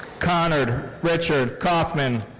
connor richard kaufmann.